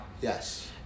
Yes